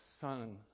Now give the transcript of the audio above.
Son